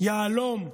יהלום,